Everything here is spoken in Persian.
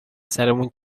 سرمون